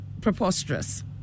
preposterous